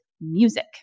music